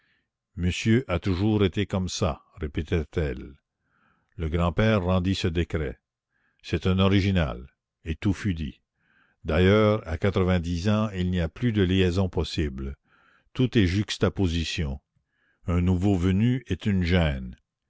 monsieur a toujours été comme ça répétait-elle le grand-père rendit ce décret c'est un original et tout fut dit d'ailleurs à quatre-vingt-dix ans il n'y a plus de liaison possible tout est juxtaposition un nouveau venu est une gêne